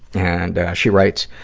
and, ah, she writes,